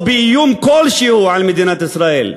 או עם איום כלשהו על מדינת ישראל.